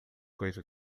coisa